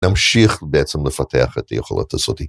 נמשיך בעצם לפתח את היכולת הזאתי